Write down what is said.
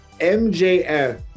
mjf